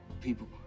people